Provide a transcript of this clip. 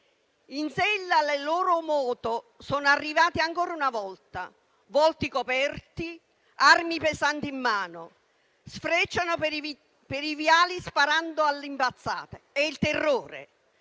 «In sella alle loro moto sono arrivati ancora una volta. Volti coperti, armi pesanti in mano. Sfrecciano per i viali sparando all'impazzata. È il terrore.